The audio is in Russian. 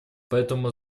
поэтому